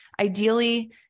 Ideally